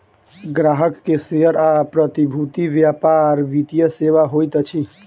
ग्राहक के शेयर आ प्रतिभूति व्यापार वित्तीय सेवा होइत अछि